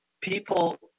people